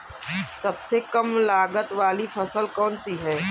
सबसे कम लागत वाली फसल कौन सी है?